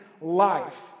life